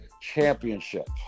championship